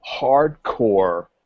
hardcore